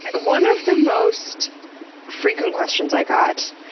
one of the most frequent questions i got,